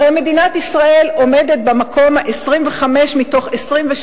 הרי מדינת ישראל עומדת במקום ה-25 מתוך 27